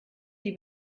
die